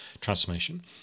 transformation